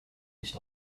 nicht